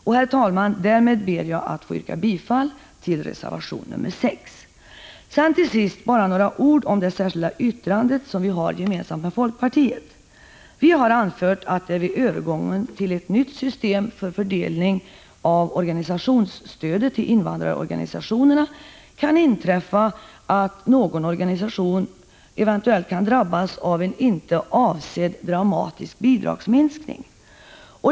Herr talman! Härmed ber jag att få yrka bifall till reservation 6. Till sist några ord om det särskilda yttrande som vi lämnat tillsammans med folkpartiet. Vi har anfört att det vid övergång till ett nytt system för fördelning av organisationsstödet till invandrarorganisationerna kan inträffa att någon organisation eventuellt kan drabbas av en inte avsedd dramatisk bidragsminskning.